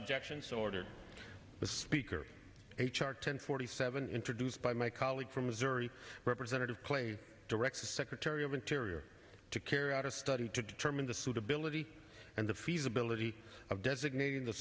objection so ordered the speaker h r ten forty seven introduced by my colleague from missouri representative clay directs the secretary of interior to carry out a study to determine the suitability and the feasibility of designating th